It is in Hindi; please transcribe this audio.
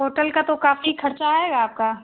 होटल का तो काफ़ी ख़र्च आएगा आपका